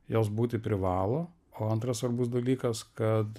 jos būti privalo o antras svarbus dalykas kad